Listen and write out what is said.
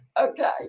Okay